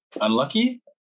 unlucky